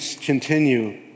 continue